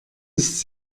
ist